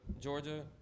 Georgia